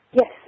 Yes